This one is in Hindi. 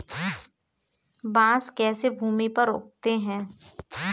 बांस कैसे भूमि पर उगते हैं?